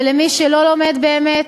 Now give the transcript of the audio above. ולמי שלא לומד באמת,